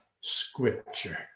scripture